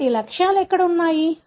కాబట్టి లక్ష్యాలు ఎక్కడ ఉన్నాయి